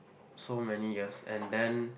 so many years and then